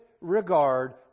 regard